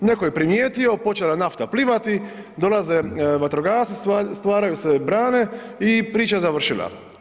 Neko je primijetio, počela je nafta plivati, dolaze vatrogasci, stvaraju se brane i priča je završila.